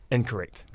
Incorrect